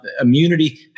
Immunity